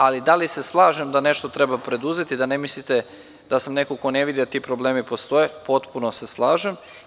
Ali, da li se slažem da nešto treba preduzeti, da ne mislite da sam neko ko ne vidi da ti problemi postoje, potpuno se slažem.